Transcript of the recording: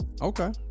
Okay